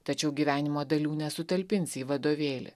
tačiau gyvenimo dalių nesutalpinsi į vadovėlį